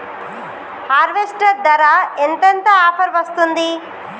Harvester ధర ఎంత ఎంత ఆఫర్ వస్తుంది?